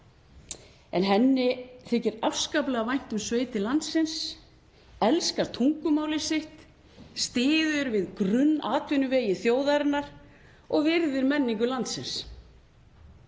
Henni þykir afskaplega vænt um sveitir landsins, elskar tungumálið sitt, styður við grunnatvinnuvegi þjóðarinnar og virðir menningu landsins.